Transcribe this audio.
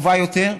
טובה יותר.